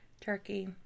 turkey